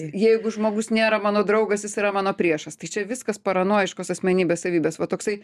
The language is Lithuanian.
jeigu žmogus nėra mano draugas jis yra mano priešas tai čia viskas paranojiškos asmenybės savybės va toksai